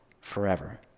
forever